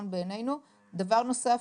דבר נוסף,